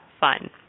fun